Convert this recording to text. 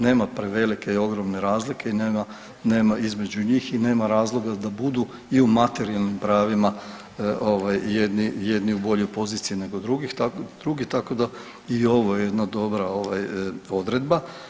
Nema prevelike, ogromne razlike i nema između njih i nema razloga da budu i u materijalnim pravima jedni u boljoj poziciji od drugih, tako da i ovo je jedna dobra odredba.